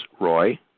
Roy